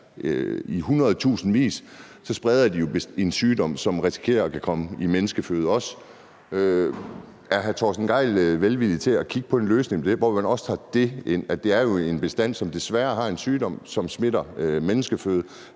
hundredtusindvis, spreder de jo en sygdom, som risikerer også at kunne komme i menneskeføde. Er hr. Torsten Gejl velvillig i forhold til at kigge på en løsning, hvor man også tager det ind, at det jo er en bestand, som desværre har en sygdom, som smitter i forhold